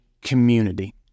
community